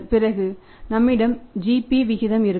பிறகு நம்மிடம் GP விகிதம் இருக்கும்